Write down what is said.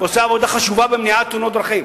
והוא עושה עבודה חשובה במניעת תאונות דרכים,